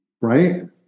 right